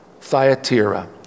Thyatira